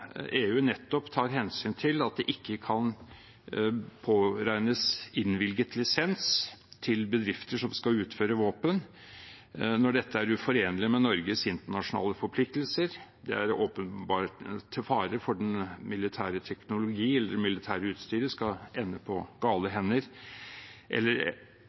EU nettopp tar hensyn til at det ikke kan påregnes innvilget lisens til bedrifter som skal utføre våpeneksport når dette er uforenlig med Norges internasjonale forpliktelser, når det er åpenbar fare for at militær teknologi eller militært utstyr skal ende i gale hender, når eksport vil kunne fremprovosere eller forlenge væpnede konflikter eller